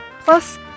Plus